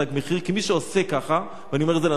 כי מי שעושה ככה ואני אומר את זה לאנשים שלי,